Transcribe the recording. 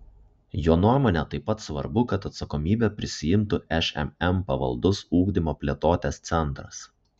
jo nuomone taip pat svarbu kad atsakomybę prisiimtų šmm pavaldus ugdymo plėtotės centras